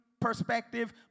perspective